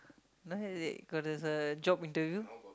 now is it cause there's a job interview